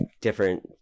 different